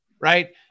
right